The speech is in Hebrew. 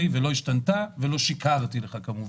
היא לא השתנתה ולא שיקרתי לך, כמובן.